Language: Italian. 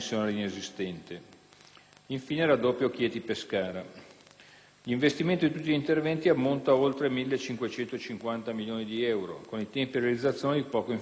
linea Chieti-Pescara. L'investimento di tutti gli interventi ammonta a oltre 1.550 milioni di euro, con tempi di realizzazione di poco inferiori a otto anni.